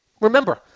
Remember